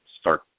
start